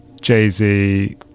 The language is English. Jay-Z